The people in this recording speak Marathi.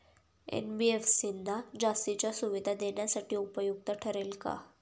एन.बी.एफ.सी ना जास्तीच्या सुविधा देण्यासाठी उपयुक्त ठरेल का?